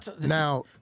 Now